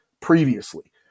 previously